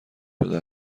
شده